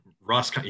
Ross